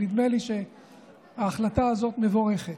נדמה לי שההחלטה הזאת מבורכת.